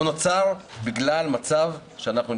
הוא נוצר בגלל הקורונה.